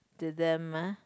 to them lah